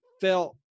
felt